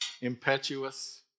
Impetuous